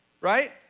right